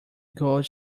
gold